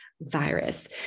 virus